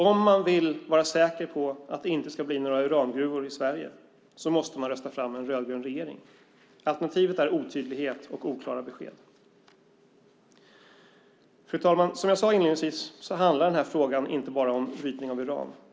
Om man vill vara säker på att det inte ska bli några urangruvor i Sverige måste man rösta fram en rödgrön regering. Alternativet är otydlighet och oklara besked. Fru talman! Som jag sade inledningsvis handlar den här frågan inte bara om brytning av uran.